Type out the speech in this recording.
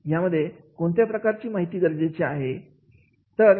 यामध्ये कोणत्या प्रकारची माहिती गरजेची आहे